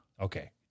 Okay